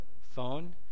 phone